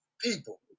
people